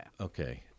Okay